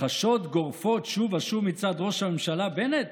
הכחשות גורפות שוב ושוב מצד ראש הממשלה בנט